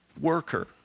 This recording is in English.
worker